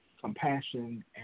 compassion